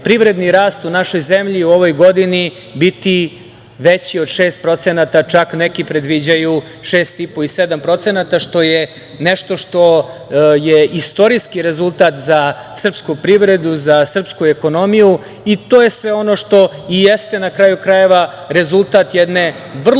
privredni rast u našoj zemlji u ovoj godini biti veći od 6%, čak neki predviđaju 6,5% i 7%, što je nešto što je istorijski rezultat za srpsku privredu, za srpsku ekonomiju. To je sve ono što i jeste, na kraju krajeva, rezultat jednog vrlo